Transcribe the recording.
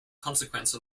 consequence